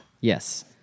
Yes